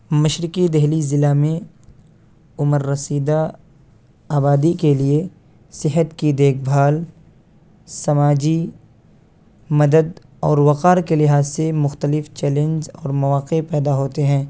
مشرقی دلی ضلع میں عمر رسیدہ آبادی کے لیے صحت کی دیکھ بھال سماجی مدد اور وقار کے لحاظ سے مختلف چیلنج اور مواقع پیدا ہوتے ہیں